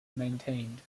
maintained